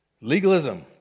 Legalism